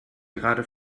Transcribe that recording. gerade